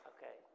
Okay